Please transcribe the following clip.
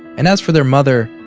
and as for their mother,